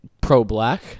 pro-black